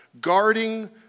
guarding